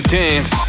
dance